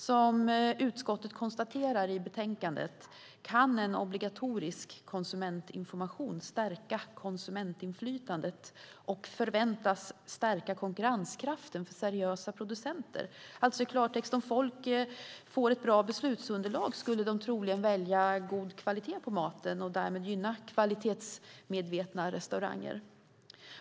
Som utskottet konstaterar i betänkandet kan en obligatorisk konsumentinformation stärka konsumentinflytandet och förväntas stärka konkurrenskraften för seriösa producenter. I klartext betyder det att om folk fick ett bra beslutsunderlag skulle de troligen välja mat av god kvalitet och därmed gynna kvalitetsmedvetna restauranger.